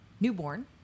newborn